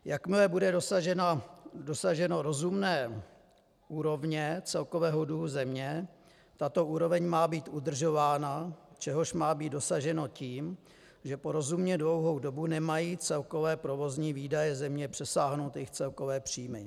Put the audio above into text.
Jakmile bude dosaženo rozumné úrovně celkového dluhu země, tato úroveň má být udržována, čehož má být dosaženo tím, že po rozumně dlouhou dobu nemají celkové provozní výdaje země přesáhnout její celkové příjmy.